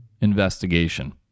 investigation